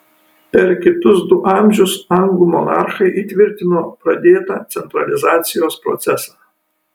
per kitus du amžius anglų monarchai įtvirtino pradėtą centralizacijos procesą